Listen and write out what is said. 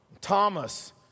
Thomas